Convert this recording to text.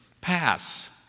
pass